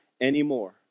anymore